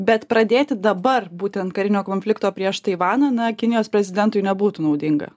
bet pradėti dabar būtent karinio konflikto prieš taivaną na kinijos prezidentui nebūtų naudinga